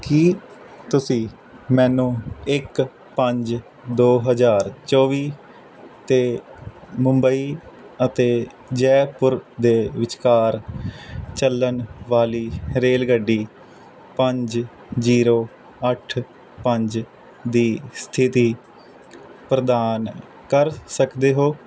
ਕੀ ਤੁਸੀਂ ਮੈਨੂੰ ਇੱਕ ਪੰਜ ਦੋ ਹਜ਼ਾਰ ਚੌਵੀ ਤੇ ਮੁੰਬਈ ਅਤੇ ਜੈਪੁਰ ਦੇ ਵਿਚਕਾਰ ਚੱਲਣ ਵਾਲੀ ਰੇਲਗੱਡੀ ਪੰਜ ਜ਼ੀਰੋ ਅੱਠ ਪੰਜ ਦੀ ਸਥਿਤੀ ਪ੍ਰਦਾਨ ਕਰ ਸਕਦੇ ਹੋ